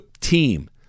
team